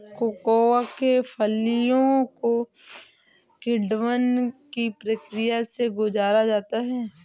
cocoa के फलियों को किण्वन की प्रक्रिया से गुजारा जाता है